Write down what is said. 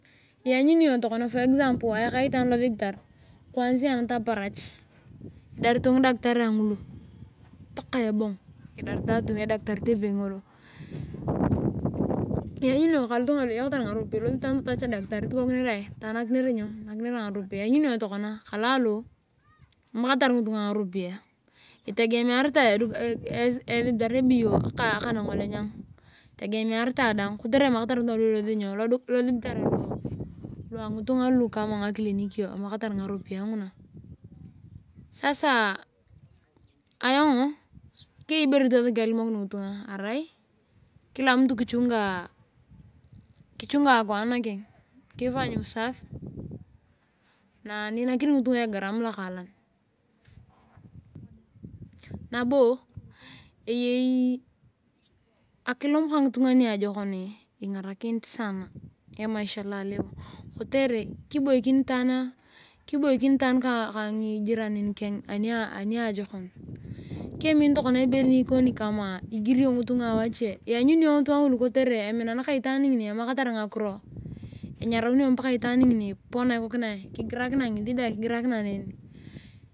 Lanyuni iyongtokona for example ayaka itaan lasibitar kuansia nataparach idarit ngidaktaria ngulu paka ebong lanyuni iyong alotunga alu eyakatar ngaropiyae elosi itaan tatach edaktari lanyuni iyong kalalo ekanangolenyana kotere emamakatar ngitunga ngaropiyae na eloso losibitaraa lu ansitunga ama ngadinikio emamakatar ngaropiyae nguna sasa keiyei ibere asaki ayong alimokin ngitunga kila mtu kichunga akuraan nakeng kifanya usaafi ni inaak ngitunga egaram lokaalan nabo eyei akilom kangitunga niajokonii ingarakinit saana emaisha lolea kotere kiboikinitaan kangijiranin kena aneajokon kem in tokona ibere nikoni kama igirio ngitunga awasho lanyuni ngitunga ngulu kotere aminan ka itaan ngini emamakatar ngakiro enyaraunio paka itaan ngini kigirakinae neni.